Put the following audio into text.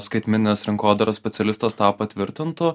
skaitmeninės rinkodaros specialistas tą patvirtintų